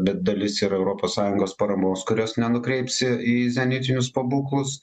bet dalis yra europos sąjungos paramos kurios nenukreipsi į zenitinius pabūklus